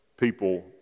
People